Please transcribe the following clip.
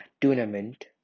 tournament